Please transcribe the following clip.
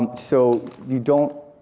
and so you don't,